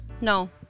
no